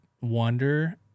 wonder